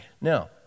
Now